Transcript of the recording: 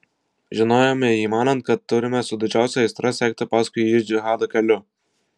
žinojome jį manant kad turime su didžiausia aistra sekti paskui jį džihado keliu